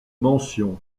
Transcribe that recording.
mention